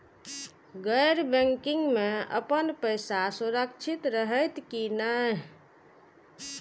गैर बैकिंग में अपन पैसा सुरक्षित रहैत कि नहिं?